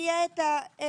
תהיה את היכולת